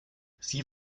sie